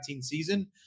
season